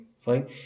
fine